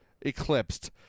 eclipsed